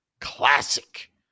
classic